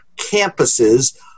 campuses